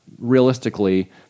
Realistically